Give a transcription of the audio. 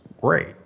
great